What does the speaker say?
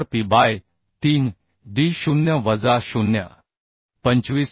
नंतर P by 3 d 0 वजा 0